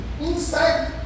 inside